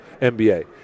NBA